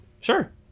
Sure